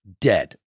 dead